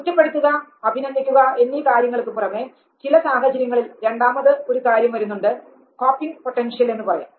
കുറ്റപ്പെടുത്തുക അഭിനന്ദിക്കുക എന്നീ കാര്യങ്ങൾക്ക് പുറമേ ചില സാഹചര്യങ്ങളിൽ രണ്ടാമത് ഒരു കാര്യം വരുന്നുണ്ട് കോപ്പിംഗ് പൊട്ടൻഷ്യൽ എന്നു പറയും